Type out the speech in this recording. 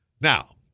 Now